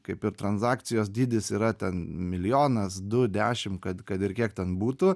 kaip ir tranzakcijos dydis yra ten milijonas du dešim kad kad ir kiek ten būtų